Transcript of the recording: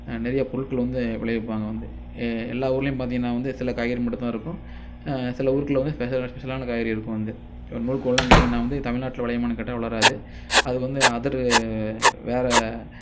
நிறையா பொருட்கள் வந்து விளைவிப்பாங்க வந்து எல்லா ஊர்லையும் பார்த்திங்னா வந்து சில காய்கறி மட்டுந்தான் இருக்கும் சில ஊருக்குள்ளே வந்து ஸ்பெஷலான காய்கறி இருக்கும் வந்து நூல்கோல்லான் கேட்டிங்கனா வந்து தமிழ் நாட்டில் விலையுமான்னு கேட்டா வளராது அதுக்கு வந்து அதர் வேற